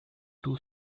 two